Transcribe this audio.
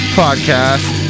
podcast